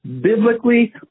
biblically